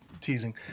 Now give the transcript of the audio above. teasing